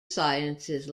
sciences